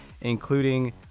including